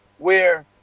where,